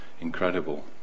Incredible